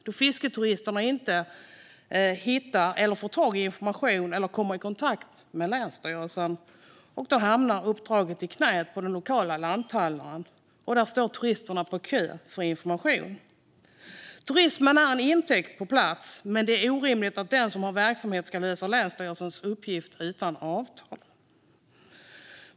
När fisketuristerna inte hittar eller får tag i information eller kommer i kontakt med länsstyrelsen hamnar uppdraget i knät på den lokala lanthandeln, och där står turisterna i kö för information. Turismen är en intäkt på plats, men det är orimligt att den som har verksamhet ska lösa länsstyrelsens uppgift utan avtal.